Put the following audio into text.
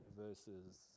versus